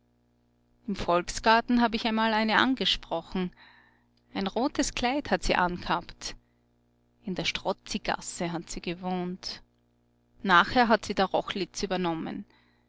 im volksgarten hab ich einmal eine angesprochen ein rotes kleid hat sie angehabt in der strozzigasse hat sie gewohnt nachher hat sie der rochlitz übernommen